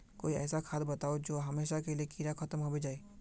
कोई ऐसा खाद बताउ जो हमेशा के लिए कीड़ा खतम होबे जाए?